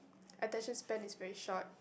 attention span is very short